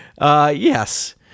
Yes